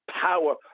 power